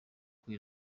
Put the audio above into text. kuri